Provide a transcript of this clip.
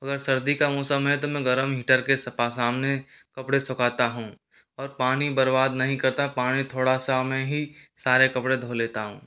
अगर सर्दी का मौसम है तो मैं गर्म हीटर के सपा सामने कपड़े सुखाता हूँ और पानी बर्बाद नहीं करता पानी थोड़ा सा में ही सारे कपड़े धो लेता हूँ